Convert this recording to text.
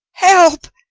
help!